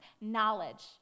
knowledge